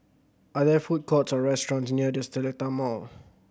are there food courts or restaurants near The Seletar Mall